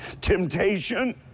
temptation